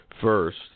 first